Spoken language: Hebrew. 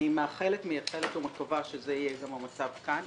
אני מאחלת, מייחלת ומקווה שזה גם יהיה המצב כאן.